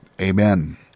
Amen